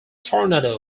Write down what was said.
tornado